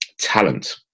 talent